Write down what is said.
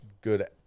good